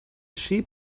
sheep